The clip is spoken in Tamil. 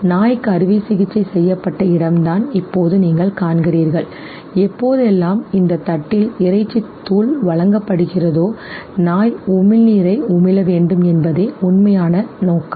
நாய் க்கு அறுவைசிகிச்சை செய்யப்பட்ட இடம்தான் இப்போது நீங்கள் காண்கிறீர்கள் எப்போதெல்லாம் இந்த தட்டில் இறைச்சி தூள் வழங்கப்படுகிறதோ நாய் உமிழ்நீரை உமிழ வேண்டும் என்பதே உண்மையான நோக்கம்